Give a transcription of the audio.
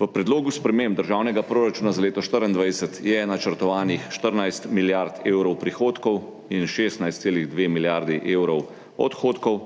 V predlogu sprememb državnega proračuna za leto 2024 je načrtovanih 14 milijard evrov prihodkov in 16,2 milijardi evrov odhodkov,